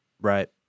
Right